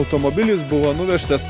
automobilis buvo nuvežtas